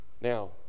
Now